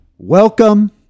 Welcome